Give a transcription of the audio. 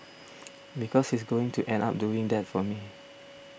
because he's going to end up doing that for me